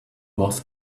was